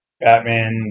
Batman